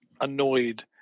annoyed